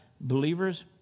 believers